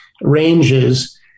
ranges